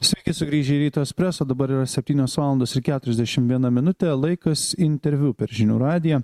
sveiki sugrįžę į ryto espreso dabar yra septynios valandos ir keturiasdešim viena minutė laikas interviu per žinių radiją